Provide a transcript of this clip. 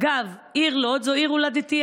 אגב, העיר לוד היא עיר הולדתי.